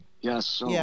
yes